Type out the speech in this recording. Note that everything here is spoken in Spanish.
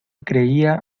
creía